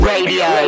Radio